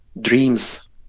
dreams